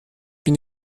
bin